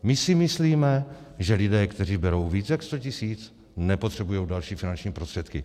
My si myslíme, že lidé, kteří berou víc než 100 tisíc, nepotřebují další finanční prostředky.